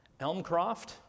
Elmcroft